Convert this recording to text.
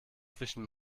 zwischen